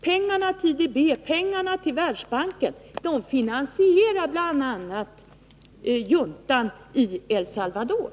Pengarna till IDB och Världsbanken finansierar bl.a. juntans verksamhet i El Salvador.